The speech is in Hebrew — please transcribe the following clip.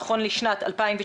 נכון לשנת 2019,